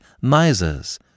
misers